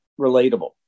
relatable